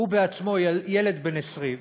הוא בעצמו ילד בן 20,